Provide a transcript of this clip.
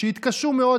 שהתקשו מאוד,